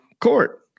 court